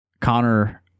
Connor